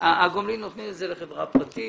נותנים את זה לחברה פרטית